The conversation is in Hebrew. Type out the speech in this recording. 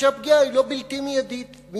ושהפגיעה היא לא בלתי מידתית,